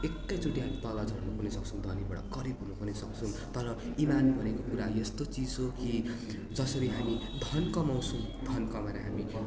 एकैचोटि हामी तल झर्न पनि सक्छौँ धनिबाट गरिब हुन पनि सक्छौँ तर इमान भनेको कुरा यस्तो चिज हो कि जसरी हामी धन कमाउँछौँ धन कमाएर हामी